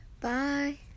Bye